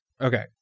Okay